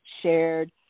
shared